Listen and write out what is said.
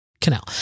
canal